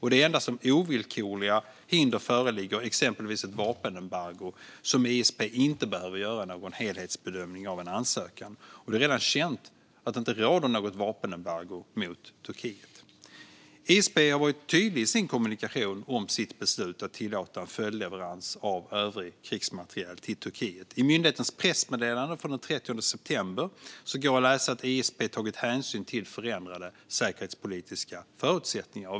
Det är endast om ovillkorliga hinder föreligger, exempelvis ett vapenembargo, som ISP inte behöver göra någon helhetsbedömning av en ansökan. Det är redan känt att det inte råder något vapenembargo mot Turkiet. ISP har i sin kommunikation varit tydlig gällande sitt beslut att tillåta en följdleverans av övrig krigsmateriel till Turkiet. I myndighetens pressmeddelande från den 30 september går att läsa att ISP har tagit hänsyn till förändrade säkerhetspolitiska förutsättningar.